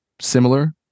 similar